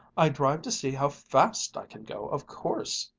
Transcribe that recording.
i drive to see how fast i can go, of course,